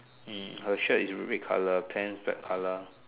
hmm her shirt is red colour pants black colour